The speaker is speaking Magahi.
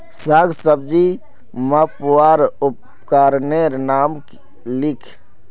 साग सब्जी मपवार उपकरनेर नाम लिख?